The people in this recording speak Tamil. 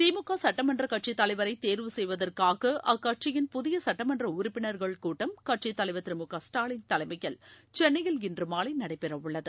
திமுக சுட்டமன்ற கட்சித் தலைவரை தேர்வு செய்வதற்காக அக்கட்சியின் புதிய சுட்டமன்ற உறுப்பினா்கள் கூட்டம் கட்சித் தலைவர் திரு மு க ஸ்டாலின் தலைமயில் சென்னையில் இன்றுமாலை நடைபெற உள்ளது